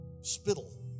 spittle